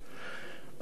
אדוני היושב-ראש,